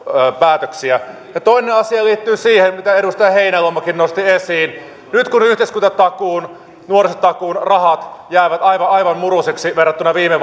päätöksiä toinen asia liittyy siihen mitä edustaja heinäluomakin nosti esiin nyt kun yhteiskuntatakuun nuorisotakuun rahat jäävät aivan aivan murusiksi verrattuna viime